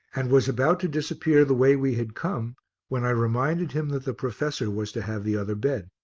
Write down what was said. and was about to disappear the way we had come when i reminded him that the professor was to have the other bed.